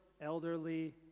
elderly